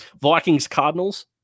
Vikings-Cardinals